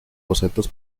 bocetos